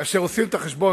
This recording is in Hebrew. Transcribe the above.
כאשר עושים את החשבון,